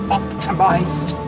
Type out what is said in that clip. optimized